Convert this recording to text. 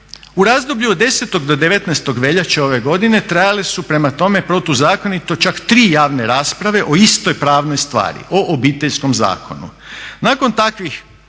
U razdoblju od 10.do 19.veljače ove godine trajale su prema tome protuzakonito čak tri javne rasprave o istoj pravnoj stvari o Obiteljskom zakonu. Nakon takvih,